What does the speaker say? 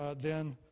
ah then,